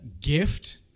gift